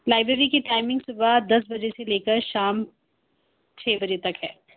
library کی timing صُبح دس بجے سے لے کر شام چھ بجے تک ہے